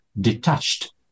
detached